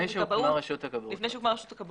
שהוקמה רשות הכבאות.